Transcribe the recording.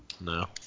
No